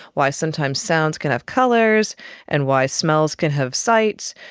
why sometimes sounds can have colours and why smells can have sights.